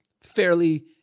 fairly